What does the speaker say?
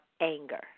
anger